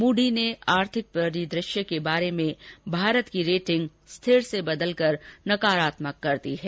Moody ने आर्थिक परिदृश्य के बारे में भारत की रेटिंग स्थिर से बदलकर नकारात्मक कर दी है